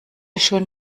schön